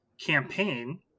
campaign